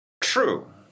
True